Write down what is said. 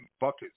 buckets